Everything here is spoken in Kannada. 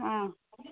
ಹಾಂ